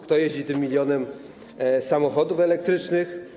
Kto jeździ tym milionem samochodów elektrycznych?